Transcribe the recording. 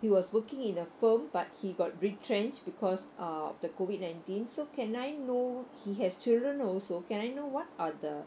he was working in a firm but he got retrenched because uh the COVID nineteen so can I know he has children also can I know what are the